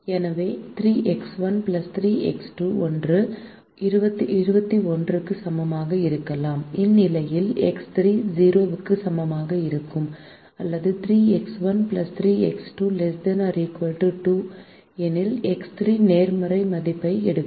எனவே 3X1 3X2 ஒன்று 21 க்கு சமமாக இருக்கலாம் இந்நிலையில் X3 0 க்கு சமமாக இருக்கும் அல்லது 3X1 3X2 ≤ 2 எனில் X3 நேர்மறை மதிப்பை எடுக்கும்